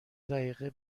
دقیقه